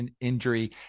injury